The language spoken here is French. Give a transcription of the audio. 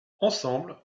ensemble